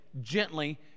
gently